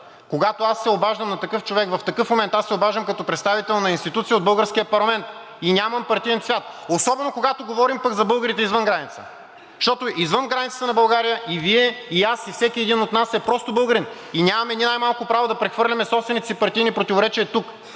Когато аз се обаждам на такъв човек, в такъв момент, аз се обаждам като представител на институция от българския парламент и нямам партиен цвят, особено когато говорим пък за българите извън граница, защото извън границите на България – и Вие, и аз, и всеки един от нас е просто българин, и нямаме ни най-малко право да прехвърляме собствените си партийни противоречия тук.